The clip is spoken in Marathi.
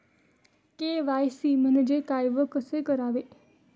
के.वाय.सी म्हणजे काय व कसे करावे?